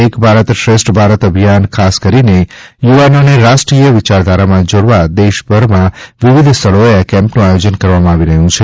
એક ભારત શ્રેષ્ઠ ભારત અભિયાન ખાસ કરીને યુવાનોને રાષ્ટ્રીય વિચારધારામાં જોડવા દેશભરમાં વિવિધ સ્થળોએ આ કેમ્પનું આયોજન કરવામાં આવી રહ્યું છે